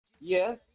Yes